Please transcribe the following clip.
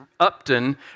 Upton